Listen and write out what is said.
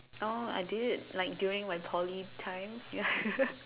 oh I did it like during my Poly time ya